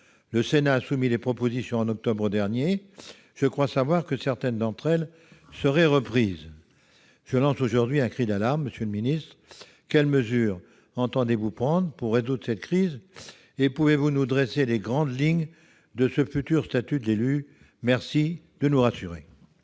Le Sénat a soumis des propositions en octobre dernier, je crois savoir que certaines d'entre elles seraient reprises. Je lance aujourd'hui un cri d'alarme, monsieur le secrétaire d'État. Quelles mesures entendez-vous prendre pour résoudre cette crise et pouvez-vous nous indiquer les grandes lignes de ce futur statut de l'élu ? Je vous remercie de nous rassurer.